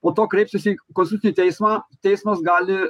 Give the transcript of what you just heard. po to kreipsis į konstitucinį teismą teismas gali